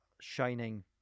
shining